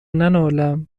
ننالم